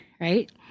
right